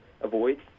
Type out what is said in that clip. avoid